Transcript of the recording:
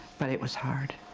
but it was hard.